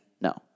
No